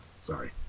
Sorry